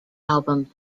album